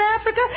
Africa